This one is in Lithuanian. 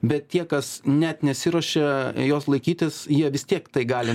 bet tie kas net nesiruošia jos laikytis jie vis tiek tai gali